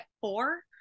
four